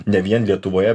ne vien lietuvoje